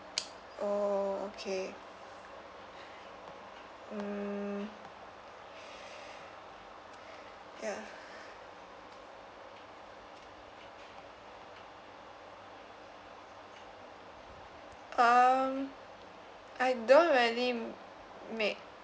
oh okay mm ya um I don't really make